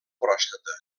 pròstata